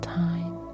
time